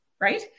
right